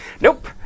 Nope